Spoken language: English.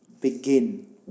begin